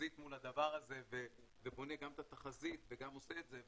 בחזית מול הדבר הזה ובונה גם את התחזית וגם עושה את זה,